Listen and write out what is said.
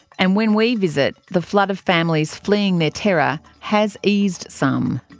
and when we visit, the flood of families fleeing their terror has eased some.